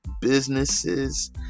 businesses